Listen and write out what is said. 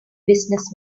business